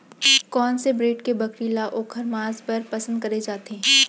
कोन से ब्रीड के बकरी ला ओखर माँस बर पसंद करे जाथे?